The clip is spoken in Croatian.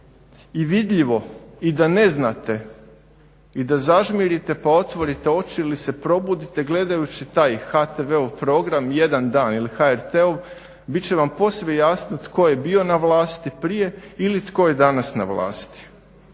i vidljivo i da ne znate i da zažmirite pa otvorite oči ili se probudite gledajući taj HTV-ov program jedan dan ili HRT-ov bit će vam posve jasno tko je bio na vlasti prije ili tko je danas na vlasti.